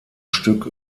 stück